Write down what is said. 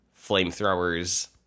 flamethrowers